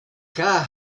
car